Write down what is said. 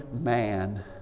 man